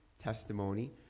testimony